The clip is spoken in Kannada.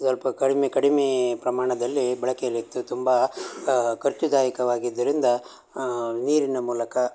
ಸ್ವಲ್ಪ ಕಡಿಮೆ ಕಡಿಮೆ ಪ್ರಮಾಣದಲ್ಲಿ ಬಳಕೆಯಲ್ಲಿತ್ತು ತುಂಬ ಖರ್ಚುದಾಯಕವಾಗಿದ್ದರಿಂದ ನೀರಿನ ಮೂಲಕ